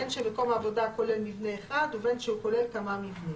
בין שמקום העבודה כולל מבנה אחד ובין שהוא כולל כמה מבנים.